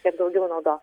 kiek daugiau naudos